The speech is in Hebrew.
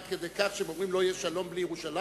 עד כדי כך שהם אומרים שלא יהיה שלום בלי ירושלים?